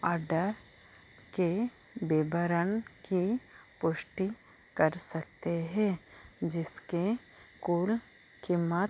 order के विवरण की पुष्टि कर सकते हैं जिसकी कुल कीमत